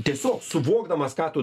tiesiog suvokdamas ką tu